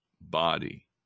body